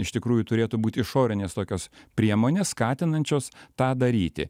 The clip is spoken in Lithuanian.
iš tikrųjų turėtų būt išorinės tokios priemonės skatinančios tą daryti